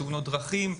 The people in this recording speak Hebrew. תאונות דרכים,